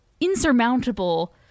insurmountable